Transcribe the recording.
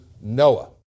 Noah